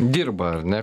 dirba ar ne